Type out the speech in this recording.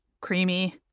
creamy